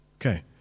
Okay